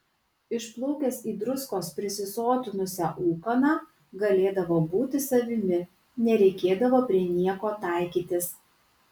išplaukęs į druskos prisisotinusią ūkaną galėdavo būti savimi nereikėdavo prie nieko taikytis